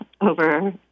over